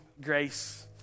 grace